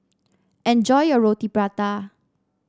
enjoy your Roti Prata